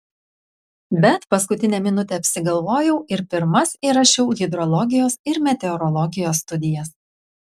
bet paskutinę minutę apsigalvojau ir pirmas įrašiau hidrologijos ir meteorologijos studijas